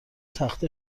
تخته